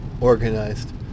organized